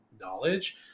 knowledge